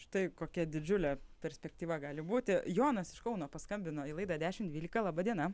štai kokia didžiulė perspektyva gali būti jonas iš kauno paskambino į laidą dešim dvylika laba diena